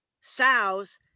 sows